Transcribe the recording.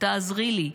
תעזרי לי.